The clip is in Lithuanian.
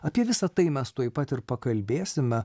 apie visa tai mes tuoj pat ir pakalbėsime